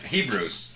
Hebrews